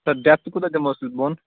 سَر depth کوٗتاہ دِمہوس بۅن